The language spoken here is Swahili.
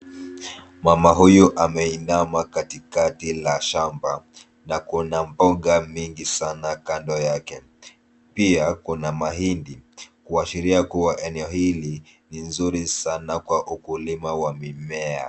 Mama huyu ameinama katikati la shamba na kuna mboga mingi sana kando yake. Pia kuna mahindi, kuashiria kuwa eneo hili ni nzuri sana kwa ukulima wa mimea.